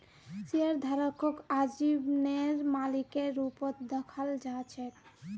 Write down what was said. शेयरधारकक आजीवनेर मालिकेर रूपत दखाल जा छेक